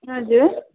हजुर